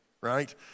right